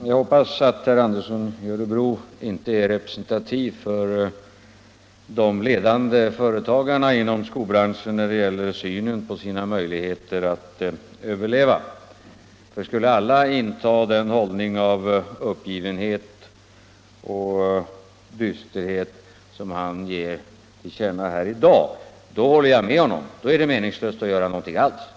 Herr talman! Jag hoppas att herr Andersson i Örebro inte är representativ för de ledande företagarna inom skobranschen när det gäller synen på dess möjligheter att överleva, för skulle alla inta den hållning av uppgivenhet och dysterhet som herr Andersson ger till känna här i dag, håller jag med honom om att det är meningslöst att göra någonting alls.